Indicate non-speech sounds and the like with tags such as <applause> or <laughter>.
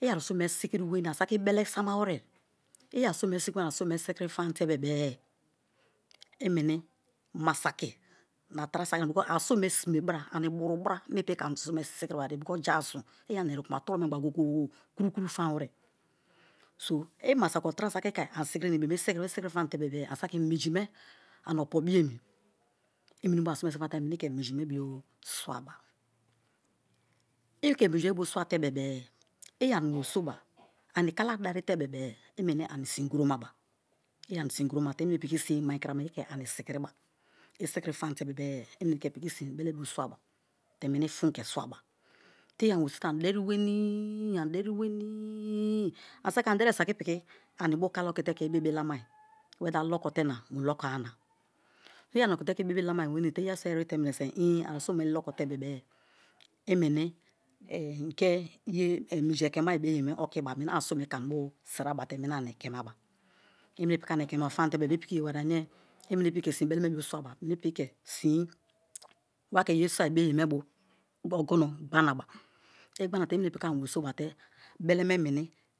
i arusun me sikiri weni anisaki ibele sama were i arusun me, arusun me sikiri famte bebe i meni masaki na tra saki <unintelligible> ke ani sikiri na ibim isikiri fam-te. ani saki minji me ani opo-bio emi i meni bo arusun me samate meni ke minji me bio swaba <hesitation> i ke minji me bio swate bebe-e i ani weriso ba ani kala dari te bebe-e i meni ani si̱n kuromaba, i ani sin kromate i̱ meni piki sin mai kramaye ke ani sikiriba, isikiri famte bebe i meni piki sin ani ke bele bio swaba te meni fun ke swaba te i ani weriso ani deri-wenii <unintelligible> ani saki ani darie saki i piki anibo kala okite ke ibibi lama. Wether loko te na mu loko-a na i ani oki te ke ibibi lamai wenii te iyeri so erite mineso <unintelligible> arusun me lokote bebe-e i meni <unintelligible> i ke minji eke mai be ye me okiba meni aeusun me ke anibo siraba te meni ane ekema ekemaba, i meni piki ani ekema famte i piki ye wariye ane i meni piki ke sin beleme bo swaba, meni piki ke sin wake̱ ye soi bo ye me bo ongono gbaraba i gba na-te i meni piki ani weri soba te beleme meni.